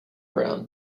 brown